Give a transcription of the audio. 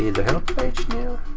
the and help page now?